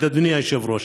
אדוני היושב-ראש,